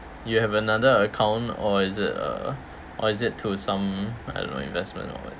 you have another account or is it uh or is it to some I don't know investment or what